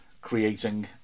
creating